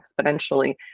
exponentially